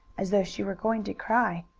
as though she were going to cry.